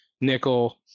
nickel